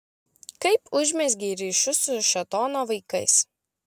kaip užmezgei ryšius su šėtono vaikais